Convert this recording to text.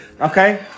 Okay